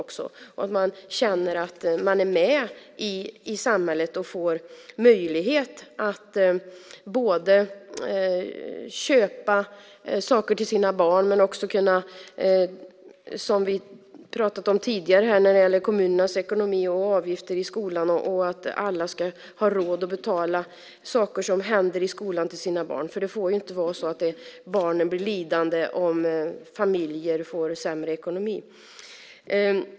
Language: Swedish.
De ska känna att de är med i samhället, får möjlighet att köpa saker till sina barn, att de har råd att betala för saker som händer i barnens skolor - med tanke på vad vi tidigare har sagt om kommunernas ekonomi och avgifter i skolan. Barnen ska inte bli lidande om familjer får sämre ekonomi.